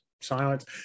silence